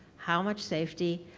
how much safety?